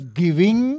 giving